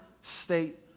state